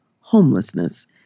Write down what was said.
homelessness